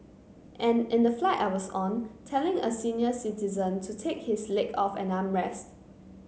and in the flight I was on telling a senior citizen to take his leg off an armrest